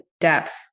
depth